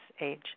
age